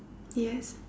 yes